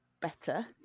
better